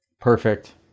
perfect